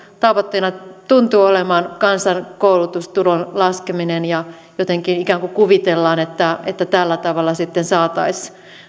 tavoitteena tuntuu olevan kansan koulutustason laskeminen ja jotenkin ikään kuin kuvitellaan että että tällä tavalla sitten saataisiin